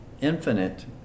infinite